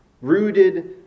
rooted